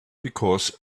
because